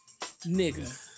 Nigga